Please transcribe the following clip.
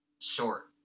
short